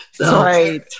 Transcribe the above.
right